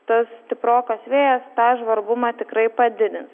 tas stiprokas vėjas tą žvarbumą tikrai padidins